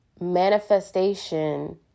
manifestation